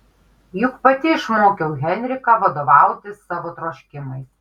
juk pati išmokiau henriką vadovautis savo troškimais